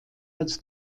als